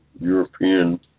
European